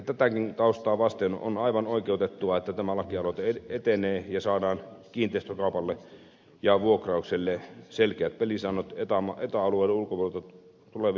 tätäkin taustaa vasten on aivan oikeutettua että tämä lakialoite etenee ja saadaan kiinteistökaupalle ja vuokraukselle selkeät pelisäännöt eta alueen ulkopuolelta tuleville toimijoille